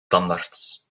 tandarts